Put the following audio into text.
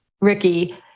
Ricky